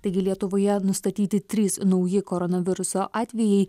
taigi lietuvoje nustatyti trys nauji koronaviruso atvejai